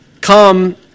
come